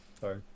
Sorry